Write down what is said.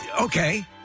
okay